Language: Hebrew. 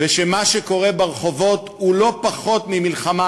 ושמה שקורה ברחובות הוא לא פחות ממלחמה,